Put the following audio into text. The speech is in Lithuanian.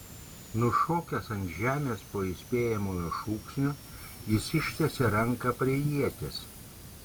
nušokęs ant žemės po įspėjamojo šūksnio jis ištiesė ranką prie ieties